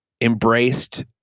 embraced